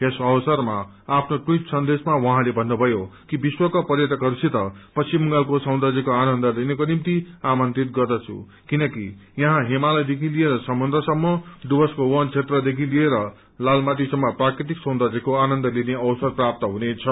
यस अवसरमा आफ्नो टवीट संदेशमा भन्नुभयो कि विश्वका पर्यटकहरूसित पश्चिम बंगालको सौन्द्रयको आनन्द लिनको निम्ति आमन्त्रित गर्दछु किनकि यहाँ हिमालयदेखि लिएर समुन्द्रसम्म डुर्वसको वन क्षेत्रदेखि लिएर लालमाटीसम्म प्राकृतिक सौन्द्रयको आनन्द लिने अवार प्राप्त हुनेछ